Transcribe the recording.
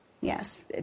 yes